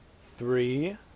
Three